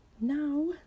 now